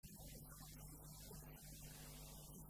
בחזרת הש"ץ יש בה עוצמות ש...